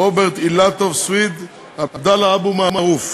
רוברט אילטוב ועבדאללה אבו מערוף,